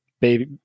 baby